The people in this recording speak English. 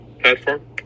platform